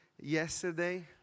yesterday